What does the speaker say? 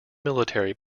military